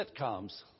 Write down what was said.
sitcoms